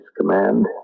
command